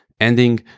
ending